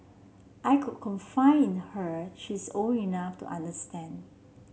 I could confide in her she is old enough to understand